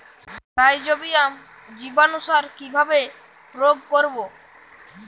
Rhizobium জীবানুসার কিভাবে প্রয়োগ করব?